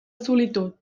solitud